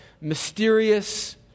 mysterious